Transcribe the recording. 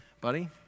buddy